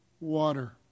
water